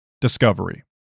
Discovery